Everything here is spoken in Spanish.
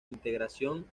integración